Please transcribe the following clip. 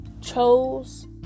chose